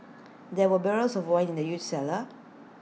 there were barrels of wine in the huge cellar